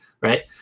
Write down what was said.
right